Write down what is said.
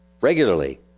regularly